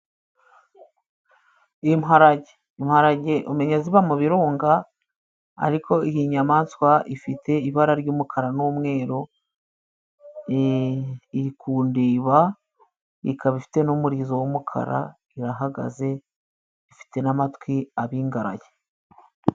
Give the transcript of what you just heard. Imparage, imparage umenya ziba mu birunga, ariko iyi nyamaswa ifite ibara ry'umukara n'umweru. Iri kundeba ikaba ifite n'umurizo w'umukara. Irahagaze ifite n'amatwi abingaraye.